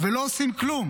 ולא עושים כלום